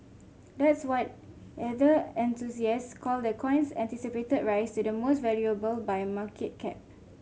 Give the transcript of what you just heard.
that's what either enthusiasts call the coin's anticipated rise to the most valuable by market cap